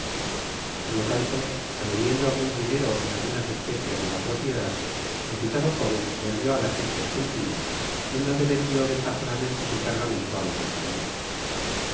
por lo tanto reuniendo algun dinero y algunas especias de la propiedad el citado joven voivió á las islas filipinas en donde vendió ventajosamente su cargamento á los españoles